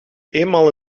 eenmaal